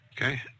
Okay